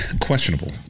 questionable